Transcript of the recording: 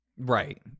Right